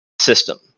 system